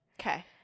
Okay